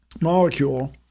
molecule